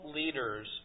leaders